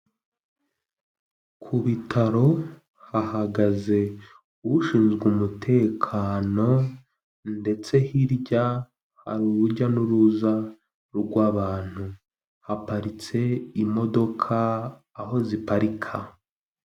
Ku bitaro hahagaze ushinzwe umutekano ndetse hirya hari urujya n'uruza rw'abantu, haparitse imodoka aho ziparika.